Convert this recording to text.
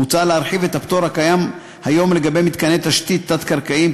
מוצע להרחיב את הפטור הקיים היום לגבי מתקני תשתית תת-קרקעיים,